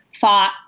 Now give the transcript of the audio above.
thought